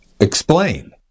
Explain